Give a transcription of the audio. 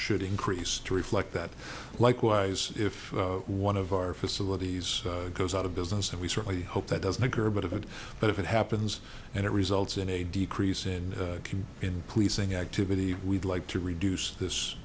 should increase to reflect that likewise if one of our facilities goes out of business and we certainly hope that doesn't occur but if it but if it happens and it results in a decrease in can in policing activity we'd like to reduce this